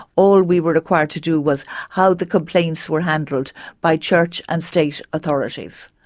all we were required to do was how the complaints were handled by church and state authorities.